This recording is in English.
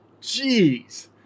Jeez